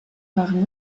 waren